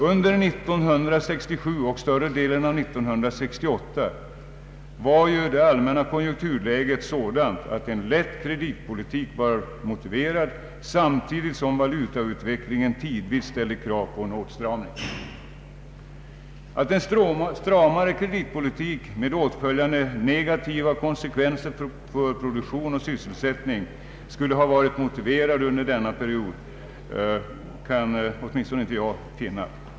Under 1967 och större delen av 1968 var ju det allmänna konjunkturläget sådant att en lätt kreditpolitik var motiverad, samtidigt som valutautvecklingen tidvis ställde krav på en åtstramning. Att en stramare kreditpolitik med åtföljande negativa konsekvenser för produktion och sysselsättning skulle ha varit motiverad under denna period kan jag inte finna.